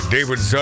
David